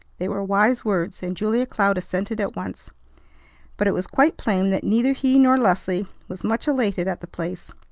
they were wise words, and julia cloud assented at once but it was quite plain that neither he nor leslie was much elated at the place.